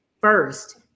first